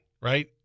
right